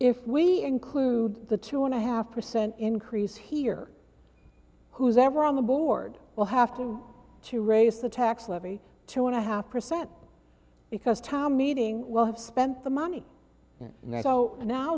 if we include the two and a half percent increase here who's ever on the board will have to raise the tax level two and a half percent because town meeting will have spent the money